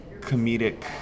comedic